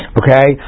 okay